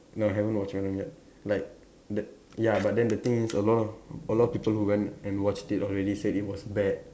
no I haven't watched venom yet like the ya but then the thing is a lot of a lot people who went and watched it already said it was bad